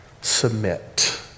submit